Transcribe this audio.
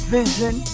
Vision